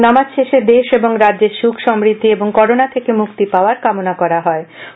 নামাজ শেষে দেশ ও রাজ্যের সুখ সমৃদ্ধি এবং করোনা থেকে মুক্তি পাওয়ার কামনা করা হয়